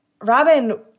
Robin